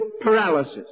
paralysis